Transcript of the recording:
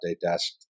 desk